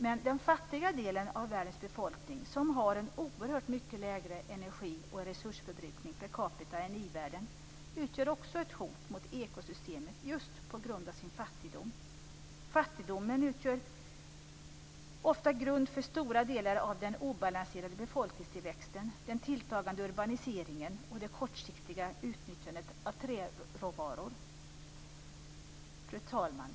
Men den fattiga delen av världens befolkning, som har en oerhört mycket lägre energi och resursförbrukning per capita än i-världen utgör också ett hot mot ekosystemet just på grund av sin fattigdom. Fattigdomen utgör ofta grund för stora delar av den obalanserade befolkningstillväxten, den tilltagande urbaniseringen och det kortsiktiga utnyttjandet av träråvaror. Fru talman!